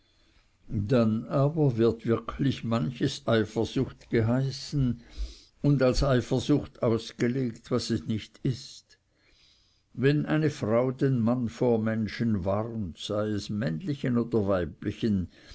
dann aber wird wirklich manches eifersucht geheißen und als eifersucht ausgelegt was es nicht ist wenn eine frau den mann vor menschen warnt sei es männlichen oder weiblichen